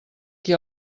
qui